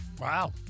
Wow